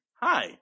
hi